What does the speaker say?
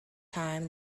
time